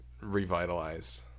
revitalized